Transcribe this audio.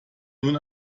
nun